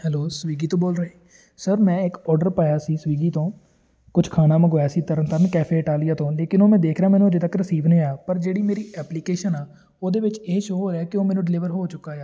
hello Swiggy ਤੋਂ ਬੋਲ ਰਹੇ ਸਰ ਮੈਂ ਇੱਕ ਔਡਰ ਪਾਇਆ ਸੀ ਸਵੀਗੀ ਤੋਂ ਕੁਛ ਖਾਣਾ ਮੰਗਵਾਇਆ ਸੀ ਤਰਨ ਤਾਰਨ ਕੈਫੇ ਅਟਾਲੀਆ ਤੋਂ ਲੇਕਿਨ ਉਹ ਮੈਂ ਦੇਖ ਰਿਹਾ ਮੈਨੂੰ ਅਜੇ ਤੱਕ ਰਿਸੀਵ ਨਹੀਂ ਹੋਇਆ ਪਰ ਜਿਹੜੀ ਮੇਰੀ ਐਪਲੀਕੇਸ਼ਨ ਆ ਉਹਦੇ ਵਿੱਚ ਇਹ ਸ਼ੋਅ ਹੋ ਰਿਹਾ ਕੇ ਉਹ ਮੈਨੂੰ ਡਿਲੀਵਰ ਹੋ ਚੁੱਕਾ ਆ